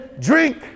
drink